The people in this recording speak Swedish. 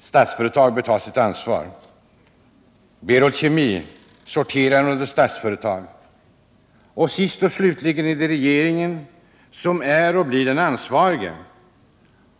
Statsföretag bör ta sitt ansvar. Berol Kemi sorterar under Statsföretag. Sist och slutligen är det regeringen som är och förblir den ansvarige.